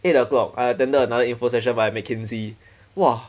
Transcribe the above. eight o'clock I attended another info session by Mackenzie !wah!